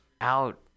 out